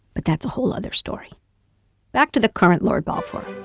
but that's a whole other story back to the current lord balfour.